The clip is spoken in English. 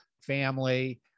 family